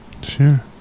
sure